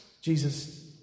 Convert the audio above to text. Jesus